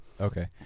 okay